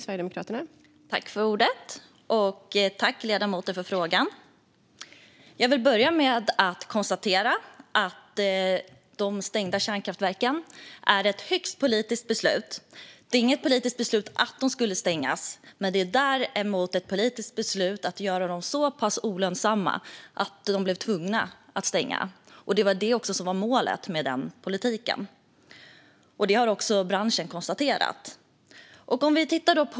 Fru talman! Jag tackar ledamoten för frågan. Låt mig börja med att konstatera att det inte var ett politiskt beslut att stänga kärnkraftverken men att det var ett högst politiskt beslut att göra dem så pass olönsamma att de blev tvungna att stänga. Det var målet med politiken, och det har också branschen konstaterat.